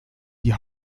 die